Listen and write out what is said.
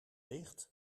licht